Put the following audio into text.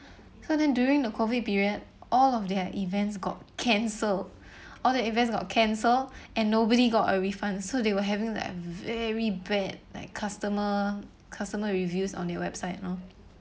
so then during the COVID period all of their events got cancelled all their events got cancelled and nobody got a refund so they were having like very bad like customer customer reviews on their website you know